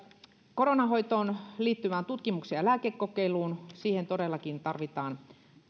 koronan hoitoon liittyvään tutkimukseen ja lääkekokeiluun todellakin tarvitaan